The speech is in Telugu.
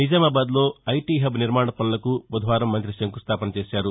నిజామాబాద్లో ఐటీ హబ్ నిర్మాణ పనులకు బుధవారం ఆయన శంకుస్దాపన చేశారు